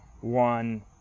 one